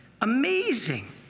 Amazing